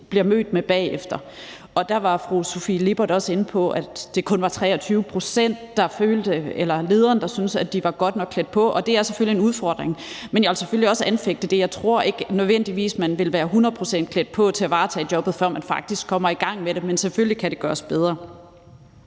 bliver mødt af bagefter. Der var fru Sofie Lippert også inde på, at det kun var 23 pct. af lederne, der syntes, at de var godt nok klædt på, og det er selvfølgelig en udfordring, men jeg vil selvfølgelig også anfægte det. Jeg tror ikke nødvendigvis, man vil være 100 pct. klædt på til at varetage jobbet, før man faktisk kommer i gang med det, men selvfølgelig kan det gøres bedre.